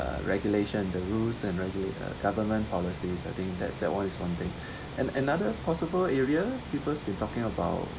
the regulation the rules and regular uh government policies I think that that one is one thing and another possible area peoples been talking about